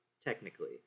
technically